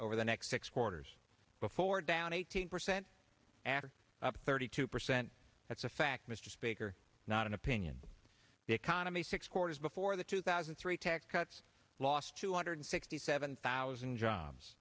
over the next six quarters before down eighteen percent after thirty two percent that's a fact mr speaker not an opinion the economy six quarters before the two thousand and three tax cuts lost two hundred sixty seven thousand jobs